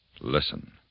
Listen